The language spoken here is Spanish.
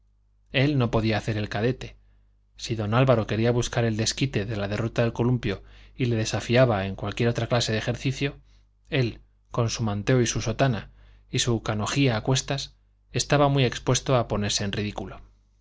él no podía hacer el cadete si don álvaro quería buscar el desquite de la derrota del columpio y le desafiaba en otra cualquier clase de ejercicio él con su manteo y su sotana y su canonjía a cuestas estaba muy expuesto a ponerse en ridículo